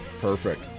perfect